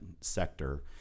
sector